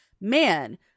man